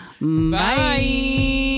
Bye